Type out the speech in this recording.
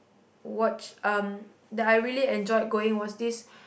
watched um that I really enjoyed going was this